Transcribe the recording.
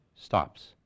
stops